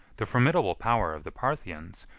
the formidable power of the parthians,